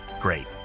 great